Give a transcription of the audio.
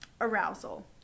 arousal